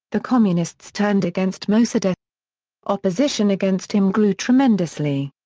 the communists turned against mosaddegh. opposition against him grew tremendously.